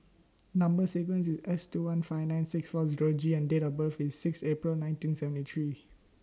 Number sequence IS S two one five nine six four Zero G and Date of birth IS six April nineteen seventy three